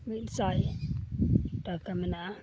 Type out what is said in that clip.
ᱢᱤᱫ ᱥᱟᱭ ᱴᱟᱠᱟ ᱢᱮᱱᱟᱜᱼᱟ